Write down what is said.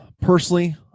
personally